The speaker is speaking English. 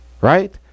Right